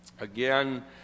Again